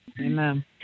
Amen